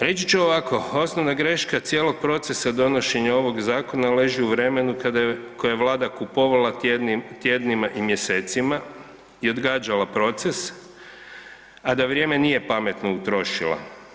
Reći ću ovako, osnovna greška cijelog procesa donošenja ovog zakona leži u vremenu kada je, koje je vlada kupovala tjednima i mjesecima i odgađala proces, a da vrijeme nije pametno utrošila.